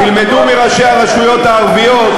תלמדו מראשי הרשויות הערביות,